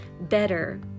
better